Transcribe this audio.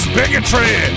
bigotry